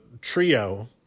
trio